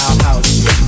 house